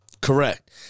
Correct